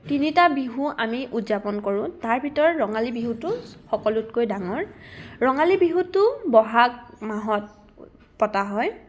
তিনিটা বিহু আমি উদযাপন কৰোঁ তাৰ ভিতৰত ৰঙালী বিহুটো সকলোতকৈ ডাঙৰ ৰঙালী বিহুটো বহাগ মাহত পতা হয়